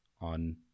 on